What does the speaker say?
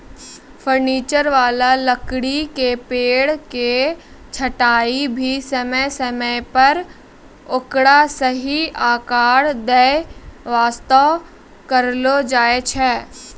furniture वाला लकड़ी के पेड़ के छंटाई भी समय समय पर ओकरा सही आकार दै वास्तॅ करलो जाय छै